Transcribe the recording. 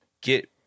get